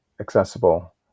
accessible